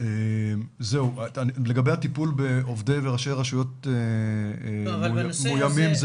לגבי הטיפול בעובדי וראשי רשויות מאוימים,